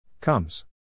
Comes